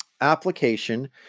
application